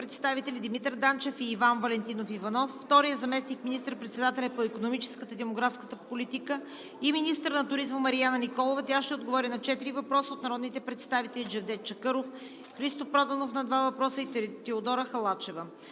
представители Димитър Данчев и Иван Валентинов Иванов. 2. Заместник министър-председателят по икономическата и демографската политика и министър на туризма Марияна Николова ще отговори на чeтири въпроса от народните представители Джевдет Чакъров; Христо Проданов – два въпроса, и Теодора Халачева.